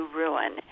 ruin